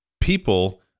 people